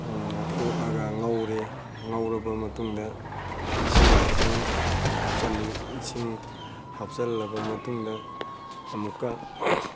ꯑꯣꯠꯂꯒ ꯉꯧꯔꯦ ꯉꯧꯔꯕ ꯃꯇꯨꯡꯗ ꯏꯁꯤꯡ ꯈꯤꯇꯪ ꯍꯥꯞꯆꯤꯟꯂꯤ ꯏꯁꯤꯡ ꯍꯥꯞꯆꯤꯟꯂꯕ ꯃꯇꯨꯡꯗ ꯑꯃꯨꯛꯀ